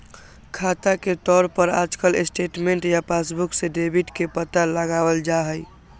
खाता के तौर पर आजकल स्टेटमेन्ट या पासबुक से डेबिट के पता लगावल जा हई